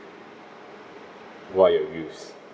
what your views